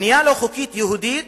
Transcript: בנייה לא-חוקית יהודית